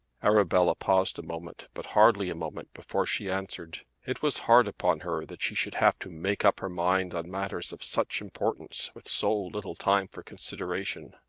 arabella paused a moment but hardly a moment before she answered. it was hard upon her that she should have to make up her mind on matters of such importance with so little time for consideration.